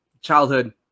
childhood